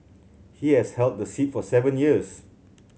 he has held the seat for seven years